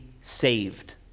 saved